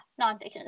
nonfiction